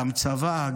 גם צבא,